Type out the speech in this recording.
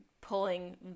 pulling